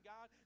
God